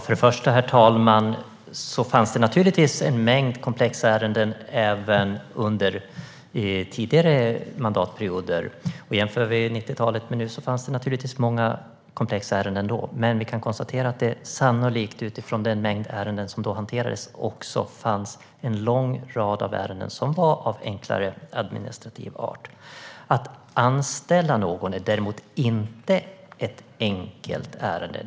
Herr talman! Det har naturligtvis funnits en mängd komplexa ärenden även under tidigare mandatperioder. Om vi jämför 90-talet med nu kan vi se att det fanns många komplexa ärenden då också. Men utifrån den mängd ärenden som hanterades då fanns det sannolikt också en lång rad ärenden som var av enklare administrativ art. Att anställa någon är däremot inte ett enkelt ärende.